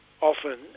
often